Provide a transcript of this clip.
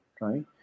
right